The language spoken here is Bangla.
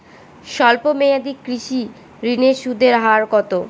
স্বল্প মেয়াদী কৃষি ঋণের সুদের হার কত?